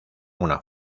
una